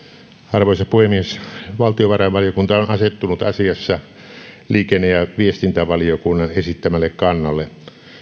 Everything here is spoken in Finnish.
arvoisa puhemies valtiovarainvaliokunta on on asettunut asiassa liikenne ja viestintävaliokunnan esittämälle kannalle